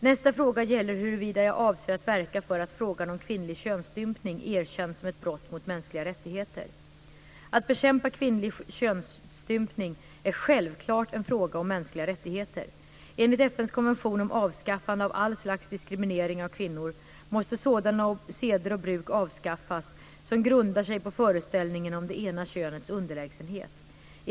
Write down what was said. Nästa fråga gäller huruvida jag avser att verka för att frågan om kvinnlig könsstympning erkänns som ett brott mot mänskliga rättigheter. Att bekämpa kvinnlig könsstympning är självklart en fråga om mänskliga rättigheter. Enligt FN:s konvention om avskaffande av all slags diskriminering av kvinnor måste sådana seder och bruk avskaffas, som grundar sig på föreställningen om det ena könets underlägsenhet.